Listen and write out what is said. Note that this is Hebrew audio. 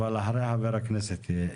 אבל אחרי חבר הכנסת יוראי.